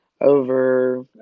over